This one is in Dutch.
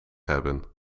hebben